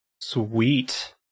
Sweet